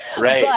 Right